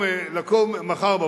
היום.